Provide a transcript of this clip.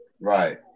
Right